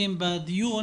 המשתתפים בדיון